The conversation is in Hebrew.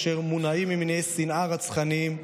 אשר מונעים ממניעי שנאה רצחניים,